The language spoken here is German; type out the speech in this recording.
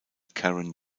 karen